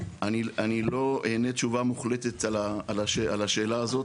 אני לא אענה תשובה מוחלטת על השאלה הזאת,